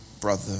brother